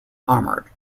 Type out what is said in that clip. armored